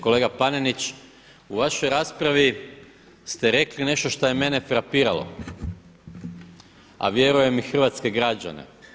Kolega Panenić, u vašoj raspravi ste rekli nešto što je mene frapiralo, a vjerujem i hrvatske građane.